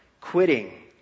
quitting